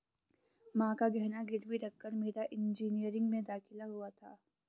मां का गहना गिरवी रखकर मेरा इंजीनियरिंग में दाखिला हुआ था